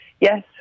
Yes